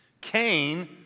Cain